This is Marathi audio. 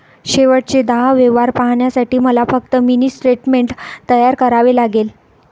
शेवटचे दहा व्यवहार पाहण्यासाठी मला फक्त मिनी स्टेटमेंट तयार करावे लागेल